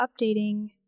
updating